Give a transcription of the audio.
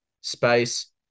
space